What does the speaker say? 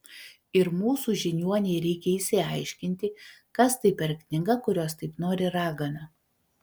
ir mūsų žiniuonei reikia išsiaiškinti kas tai per knyga kurios taip nori ragana